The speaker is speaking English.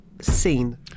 scene